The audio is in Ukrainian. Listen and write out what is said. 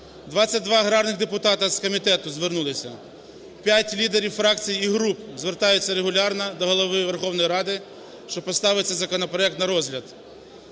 два аграрних депутати з комітету звернулися. П'ять лідерів фракцій і груп звертаються регулярно до Голови Верховної Ради, щоб поставити цей законопроект на розгляд.